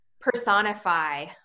personify